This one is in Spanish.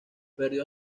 perdió